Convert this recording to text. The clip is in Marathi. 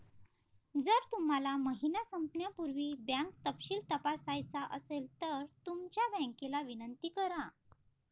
जर तुम्हाला महिना संपण्यापूर्वी बँक तपशील तपासायचा असेल तर तुमच्या बँकेला विनंती करा